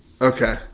Okay